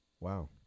Wow